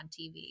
TV